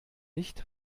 nicht